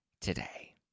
today